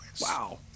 Wow